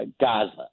Gaza